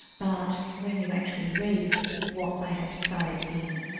but when you actually read what they had to say in